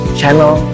channel